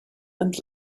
and